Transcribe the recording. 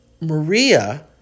Maria